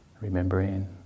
Remembering